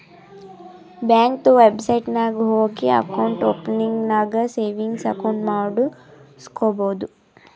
ಬ್ಯಾಂಕ್ದು ವೆಬ್ಸೈಟ್ ನಾಗ್ ಹೋಗಿ ಅಕೌಂಟ್ ಓಪನಿಂಗ್ ನಾಗ್ ಸೇವಿಂಗ್ಸ್ ಅಕೌಂಟ್ ಮಾಡುಸ್ಕೊಬೋದು